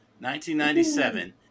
1997